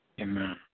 Amen